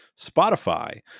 Spotify